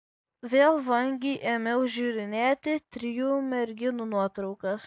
vėl vangiai ėmiau žiūrinėti trijų merginų nuotraukas